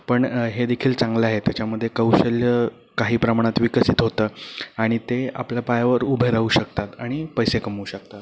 पण हेदेखील चांगलं आहे त्याच्यामध्ये कौशल्य काही प्रमाणात विकसित होतं आणि ते आपल्या पायावर उभे राहू शकतात आणि पैसे कमवू शकतात